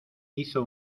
hizo